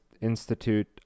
Institute